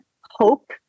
hope